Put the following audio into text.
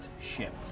ship